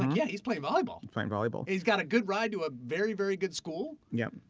yeah, he's playing volleyball. playing volleyball. he's got a good ride to a very, very good school. yep.